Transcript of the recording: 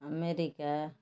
America